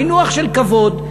מינוח של כבוד,